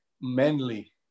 manly